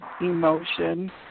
emotion